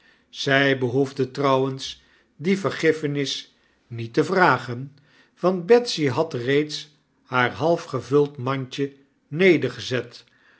zy behoefde trouwens die vergiffenis niet te vragen want betsy had reeds haar half gevuld mandje nedergezet